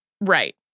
Right